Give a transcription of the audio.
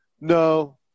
No